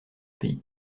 pays